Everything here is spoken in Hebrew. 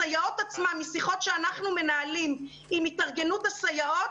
הסייעות עצמן משיחות שאנחנו מנהלים עם התארגנות הסייעות,